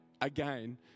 again